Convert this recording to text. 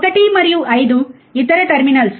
1 మరియు 5 ఇతర టెర్మినల్స్